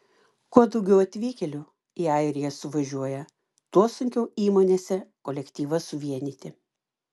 kuo daugiau atvykėlių į airiją suvažiuoja tuo sunkiau įmonėse kolektyvą suvienyti